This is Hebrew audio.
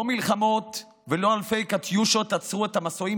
לא מלחמות ולא אלפי קטיושות עצרו את המסועים